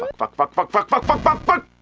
but fuck! fuck! fuck! fuck! fuck! fuck! fuck! fuck!